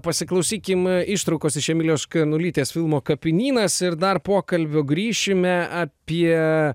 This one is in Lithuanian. pasiklausykim ištraukos iš emilijos škarnulytės filmo kapinynas ir dar pokalbio grįšime apie